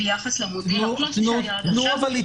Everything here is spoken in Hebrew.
ביחס למודל --- שהיה עד עכשיו של ילדים ששוהים בבידוד.